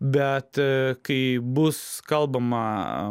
bet kai bus kalbama